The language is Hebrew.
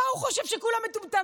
מה הוא חושב, שכולם מטומטמים?